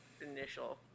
initial